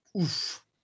Oof